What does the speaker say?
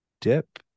Dip